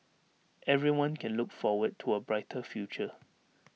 everyone can look forward to A brighter future